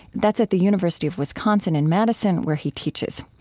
that's at the university of wisconsin in madison, where he teaches.